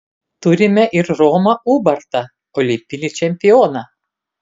turime ir romą ubartą olimpinį čempioną